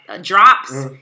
drops